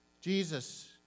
Jesus